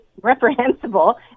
reprehensible